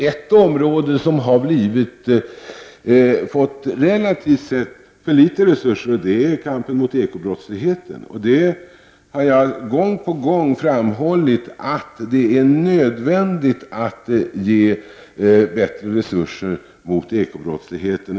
Ett område som relativt sett har fått för litet resurser är kampen mot ekobrottsligheten. Jag har gång på gång framhållit att det är nödvändigt att ge bättre resurser till detta område.